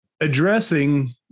addressing